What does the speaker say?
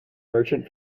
merchant